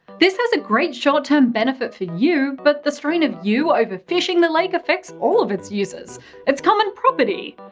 this has a great short term benefit for you, but the strain of you overfishing the lake affects all of its users it's common property.